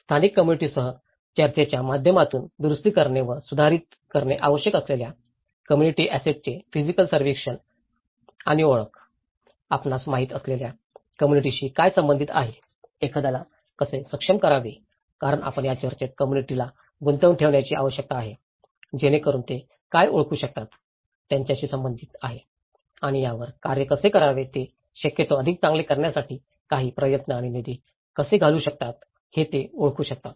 स्थानिक कम्म्युनिटीसह चर्चेच्या माध्यमातून दुरुस्ती करणे व सुधारित करणे आवश्यक असलेल्या कॉम्युनिटी ऍसेटंचे फिजिकल सर्वेक्षण आणि ओळख आपणास माहित असलेल्या कम्म्युनिटीशी काय संबंधित आहे एखाद्याला कसे सक्षम करावे कारण आपण या चर्चेत कम्म्युनिटीला गुंतवून ठेवण्याची आवश्यकता आहे जेणेकरून ते काय ओळखू शकतात त्यांच्याशी संबंधित आहे आणि त्यावर कार्य कसे करावे ते शक्यतो ते अधिक चांगले करण्यासाठी काही प्रयत्न आणि निधी कसे घालू शकतात हे ते ओळखू शकतात